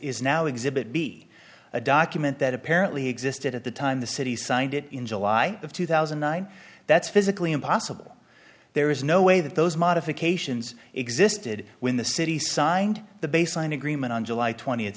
is now exhibit b a document that apparently existed at the time the city signed it in july of two thousand and nine that's physically impossible there is no way that those modifications existed when the city signed the baseline agreement on july twent